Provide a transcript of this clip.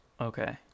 okay